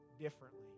differently